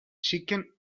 chicken